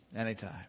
anytime